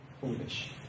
foolish